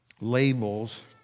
labels